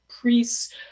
priests